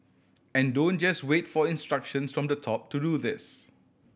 and don't just wait for instructions from the top to do this